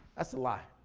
that's a lie.